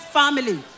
family